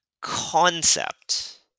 concept